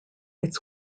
its